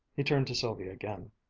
he turned to sylvia again,